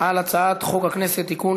על הצעת חוק הכנסת (תיקון,